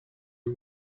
you